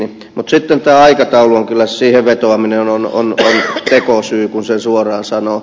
mutta sitten tämä aikataulu kyllä siihen vetoaminen on tekosyy kun sen suoraan sanoo